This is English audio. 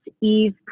Eve